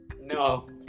No